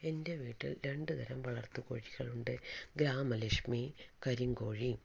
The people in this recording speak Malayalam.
എൻ്റെ വീട്ടിൽ രണ്ട് തരം വളർത്തുകോഴികളുണ്ട് ഗ്രാമലക്ഷ്മിയും കരിങ്കോഴിയും